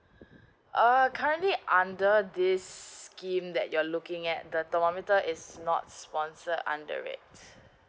err currently under this scheme that you're looking at the thermometer is not sponsor under it